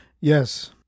Yes